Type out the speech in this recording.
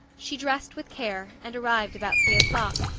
she dressed with care and arrived about three o'clock,